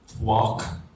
walk